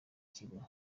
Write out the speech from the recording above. kigo